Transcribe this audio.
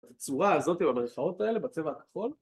בצורה הזאת עם המירכאות האלה בצבע הכחול?